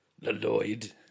Lloyd